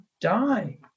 die